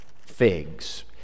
figs